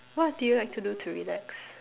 what do you like to do to relax